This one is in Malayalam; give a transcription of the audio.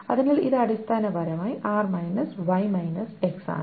അതിനാൽ ഇത് അടിസ്ഥാനപരമായി R - Y - X ആണ്